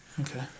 Okay